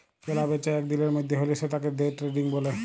কেলা বেচা এক দিলের মধ্যে হ্যলে সেতাকে দে ট্রেডিং ব্যলে